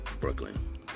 Brooklyn